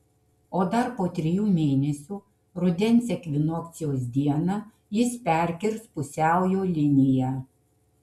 o dar po trijų mėnesių rudens ekvinokcijos dieną jis perkirs pusiaujo liniją